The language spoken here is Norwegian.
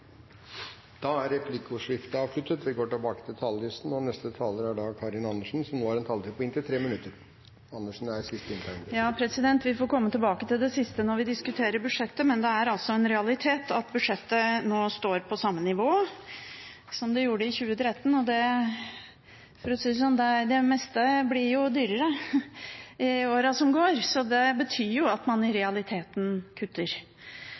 Replikkordskiftet er dermed omme. De talere som heretter får ordet, har en taletid på inntil 3 minutter. Vi får komme tilbake til det siste når vi skal diskutere budsjettet, men det er en realitet at budsjettet nå er på samme nivå som det var i 2013. Og for å si det slik: Det meste blir jo dyrere etter som åra går, så det betyr at man i realiteten kutter.